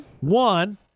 One